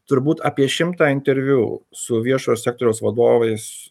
turbūt apie šimtą interviu su viešo sektoriaus vadovais